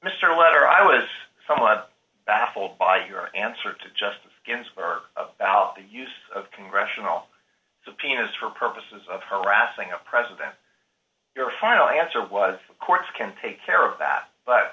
mr letter i was somewhat baffled by your answer to justice ginsburg about the use of congressional subpoenas for purposes of harassing the president your final answer was the courts can take care of that but